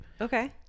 Okay